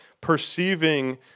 perceiving